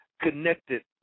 connected